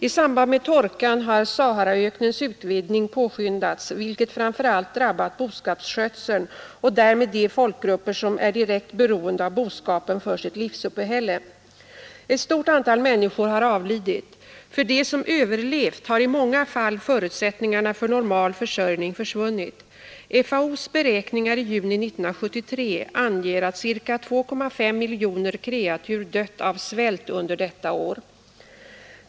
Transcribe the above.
I samband med torkan har Saharaöknens utvidgning påskyndats, vilket framför allt drabbat boskapsskötseln och därmed de folkgrupper som är direkt beroende av boskapen för sitt livsuppehälle. Ett stort antal människor har avlidit. För dem som överlevt har i många fall förutsättningarna för normal försörjning försvunnit. FAO:s beräkningar i juni 1973 anger att ca 2,5 miljoner kreatur dött av svält under detta år.